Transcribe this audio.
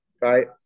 right